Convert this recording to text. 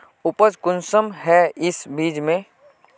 उपज कुंसम है इस बीज में?